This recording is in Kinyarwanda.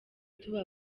tuba